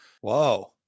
Whoa